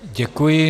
Děkuji.